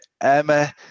Emma